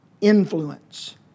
influence